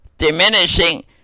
diminishing